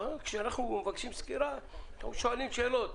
אבל כשאנחנו מבקשים סקירה אנחנו שואלים שאלות.